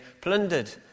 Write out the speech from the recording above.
plundered